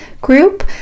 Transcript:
group